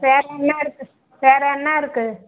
வேறு என்னாயிருக்கு வேறு என்னாயிருக்கு